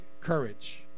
courage